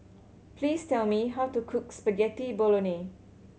please tell me how to cook Spaghetti Bolognese